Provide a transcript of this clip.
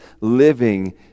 living